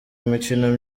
imikino